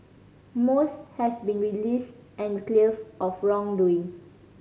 most has been released and cleared of wrongdoing